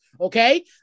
okay